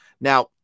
Now